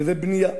וזה בנייה.